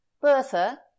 Bertha